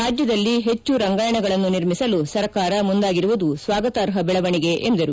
ರಾಜ್ಯದಲ್ಲಿ ಹೆಚ್ಚು ರಂಗಾಯಣಗಳನ್ನು ನಿರ್ಮಿಸಲು ಸರ್ಕಾರ ಮುಂದಾಗಿರುವುದು ಸ್ವಾಗತಾರ್ಹ ಬೆಳವಣಿಗೆ ಎಂದರು